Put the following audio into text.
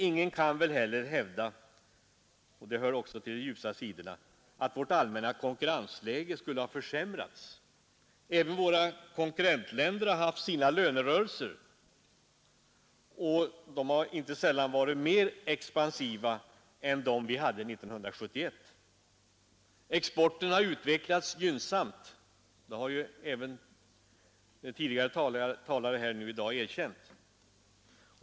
Ingen kan väl heller hävda att vårt allmänna konkurrensläge skulle ha försämrats. Även våra konkurrentländer har haft sina lönerörelser, och dessa har inte sällan varit mer expansiva än vår lönerörelse 1971. Exporten har utvecklats gynnsamt — det har ju även tidigare talare i dag erkänt.